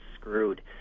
screwed